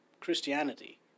Christianity